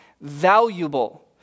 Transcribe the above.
valuable